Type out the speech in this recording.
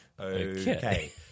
okay